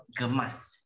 gemas